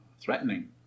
threatening